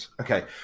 Okay